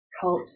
cult